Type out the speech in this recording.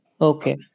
okay